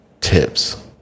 tips